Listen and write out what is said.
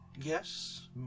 Yes